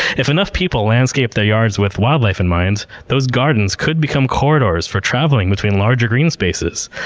if enough people landscaped their yards with wildlife in mind, those gardens could become corridors for travelling between larger green spaces,